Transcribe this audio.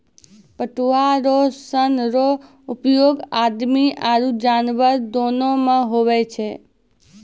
पटुआ रो सन रो उपयोग आदमी आरु जानवर दोनो मे हुवै छै